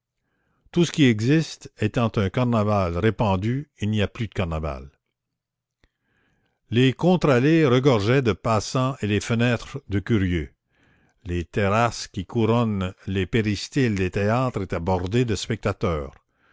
tout ce qui existe étant un carnaval répandu il n'y a plus de carnaval les contre-allées regorgeaient de passants et les fenêtres de curieux les terrasses qui couronnent les péristyles des théâtres étaient bordées de spectateurs